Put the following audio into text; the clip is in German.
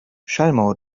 schallmauer